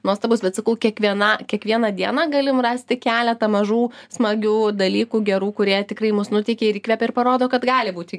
nuostabus bet sakau kiekviena kiekvieną dieną galim rasti keletą mažų smagių dalykų gerų kurie tikrai mus nuteikia ir įkvepia ir parodo kad gali būti